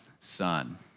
son